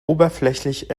oberflächlich